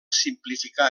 simplificar